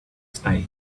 style